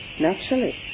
Naturally